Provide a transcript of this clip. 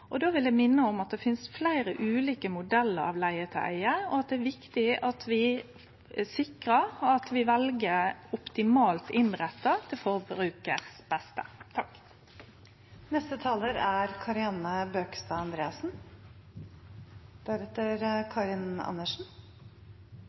Då vil eg minne om at det finst fleire ulike modellar av leige-til-eige, og at det er viktig å sikre at vi vel ein som er optimalt innretta til beste